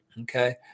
okay